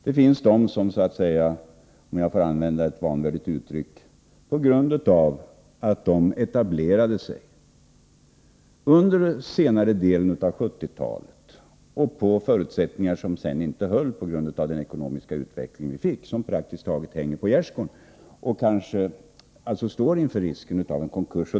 Det finns jordbrukare som etablerade sig under senare delen av 1970-talet, på förutsättningar som sedan inte höll på grund av den inträffade ekonomiska utvecklingen, vilka — tillåt ett vanvördigt uttryck — praktiskt taget ”hänger på gärsgårn”, och som kanske står inför risken av en konkurs.